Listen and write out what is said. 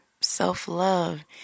self-love